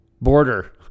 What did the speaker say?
border